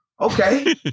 okay